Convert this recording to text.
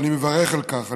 ואני מברך על כך,